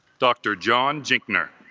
dr. john jinknur